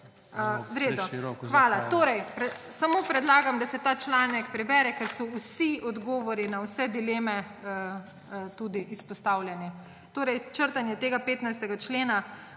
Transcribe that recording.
V redu, hvala. Torej samo predlagam, da se ta članek prebere, ker so vsi odgovori na vse dileme tudi izpostavljeni. Črtanja 15. člena